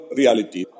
reality